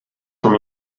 from